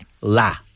La